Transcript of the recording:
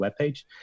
webpage